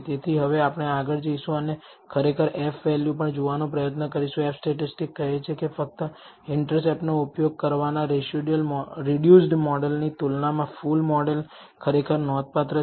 તેથી હવે આપણે આગળ જઈશું અને ખરેખર F વેલ્યુને પણ જોવાનો પ્રયત્ન કરીશું F સ્ટેટિસ્ટિક કહે છે કે ફક્ત ઇન્ટરસેપ્ટનો ઉપયોગ કરવાના રિડ્યુસડ મોડલની તુલનામાં ફુલ મોડલ ખરેખર નોંધપાત્ર છે